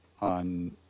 on